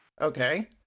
Okay